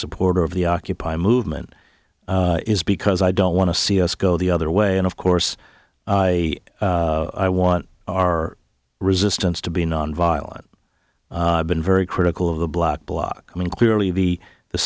supporter of the occupy movement is because i don't want to see us go the other way and of course i want our resistance to be nonviolent been very critical of the black bloc i mean clearly the the